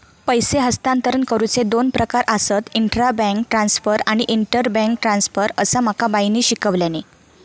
पैसे हस्तांतरण करुचे दोन प्रकार आसत, इंट्रा बैंक ट्रांसफर आणि इंटर बैंक ट्रांसफर, असा माका बाईंनी शिकवल्यानी